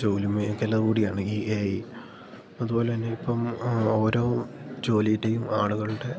ജോലി മേഖല കൂടിയാണ് ഈ എ ഐ അതു പോലെ തന്നെ ഇപ്പം ഓരോ ജോലിയുടെയും ആളുകളുടെ